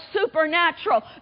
supernatural